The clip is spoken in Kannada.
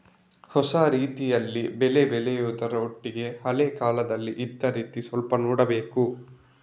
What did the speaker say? ಹೊಸ ರೀತಿಯಲ್ಲಿ ಬೆಳೆ ಬೆಳೆಯುದ್ರ ಒಟ್ಟಿಗೆ ಹಳೆ ಕಾಲದಲ್ಲಿ ಇದ್ದ ರೀತಿ ಸ್ವಲ್ಪ ನೋಡ್ಬೇಕು